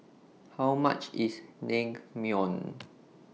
How much IS Naengmyeon